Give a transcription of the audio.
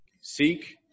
Seek